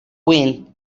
wind